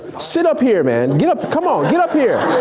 sit up here, man, get up, come on, get up here.